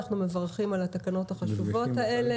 אנחנו מברכים על התקנות החשובות האלה